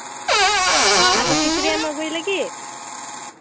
ᱚᱸᱻ ᱟᱫᱚ ᱠᱤᱪᱨᱤᱪ ᱮᱢ ᱟᱹᱜᱩᱭ ᱞᱟᱹᱜᱤᱫ